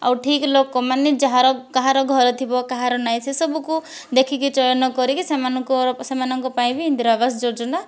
ଆଉ ଠିକ ଲୋକମାନେ ଯାହାର କାହାର ଘର ଥିବ କାହାର ନାଇଁ ସେ ସବୁକୁ ଦେଖିକି ଚୟନ କରିକି ସେମାନଙ୍କର ସେମାନଙ୍କ ପାଇଁବି ଇନ୍ଦିରା ଆବାସ ଯୋଜନା